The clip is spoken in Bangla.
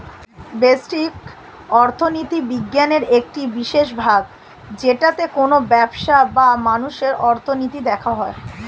ব্যষ্টিক অর্থনীতি বিজ্ঞানের একটি বিশেষ ভাগ যেটাতে কোনো ব্যবসার বা মানুষের অর্থনীতি দেখা হয়